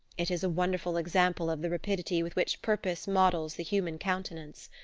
it is a wonderful example of the rapidity with which purpose models the human countenance.